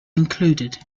included